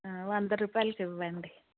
వంద రూపాయలకు ఇవ్వండి